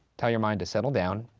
tell your mind to settle down.